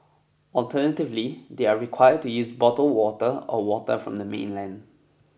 alternatively they are required to use bottled water or water from the mainland